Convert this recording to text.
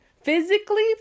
physically